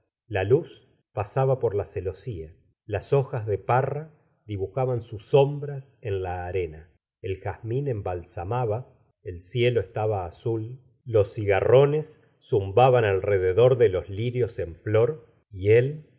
la luz pasaba por la celosía las hojas de parra dibujaban sus sombras en la arena el jazmln embalsamaba el cielo estaba azul los cigarrones zumbaban alrededor de los lirios en flor y él